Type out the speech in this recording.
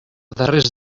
darrers